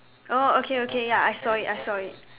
oh okay okay ya I saw it I saw it